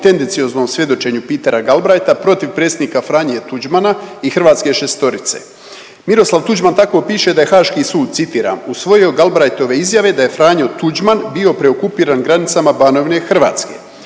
tendencioznom svjedočenju Petera Galbraitha protiv predsjednika Franje Tuđmana i hrvatske šestorice. Miroslav Tuđman tako piše da je Haški sud citiram, usvojio Galbraithove izjave da je Franjo Tuđman bio preokupiran granicama Banovine Hrvatske.